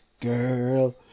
girl